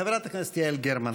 חברת הכנסת יעל גרמן,